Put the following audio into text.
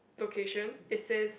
location it says